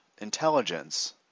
intelligence